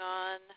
on